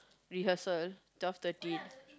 rehearsal twelve thirty